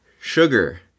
sugar